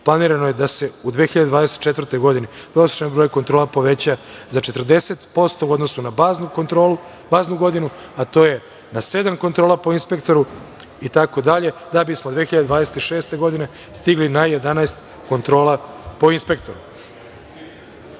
planirano je da se u 2024. godini prosečan broj kontrola poveća za 40% u odnosu na baznu godinu, a to je da sedam kontrola po inspektoru itd. da bismo 2026. godine stigli na 11 kontrola po inspektoru. Deveti